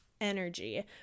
energy